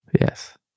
Yes